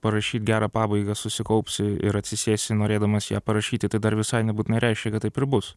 parašyt gerą pabaigą susikaupsi ir atsisėsi norėdamas ją parašyti tai dar visai nebūtinai reiškia kad taip ir bus